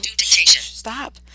Stop